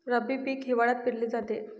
रब्बी पीक हिवाळ्यात पेरले जाते